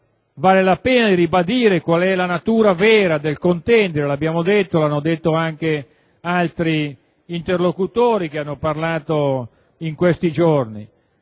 valga la pena di ribadire quale è la natura vera del contendere. L'abbiamo fatto noi ed anche altri interlocutori che hanno parlato in questi giorni.